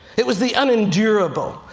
it was the unendurable.